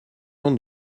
jean